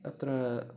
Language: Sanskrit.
अत्र